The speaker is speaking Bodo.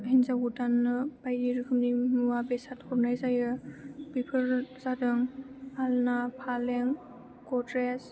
हिन्जाव गोदाननो बायदि रोखोमनि मुवा बेसाद हरनाय जायो बेफोरो जादों आलना फालें गद्रेज